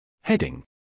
Heading